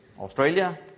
Australia